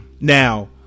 now